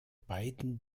beiden